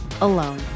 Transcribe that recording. alone